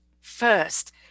first